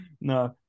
No